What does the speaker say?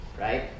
right